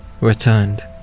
returned